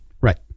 Right